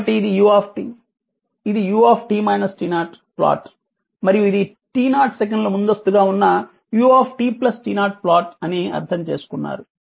కాబట్టి ఇది u ఇది u ప్లాట్ మరియు ఇది t0 సెకన్లు ముందస్తుగా ఉన్న ut t0 ప్లాట్ అని అర్థం చేసుకున్నారు